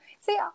see